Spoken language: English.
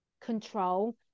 control